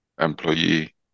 employee